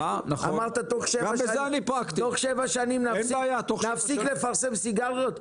אמרת תוך 7 שנים נפסיק לפרסם סיגריות.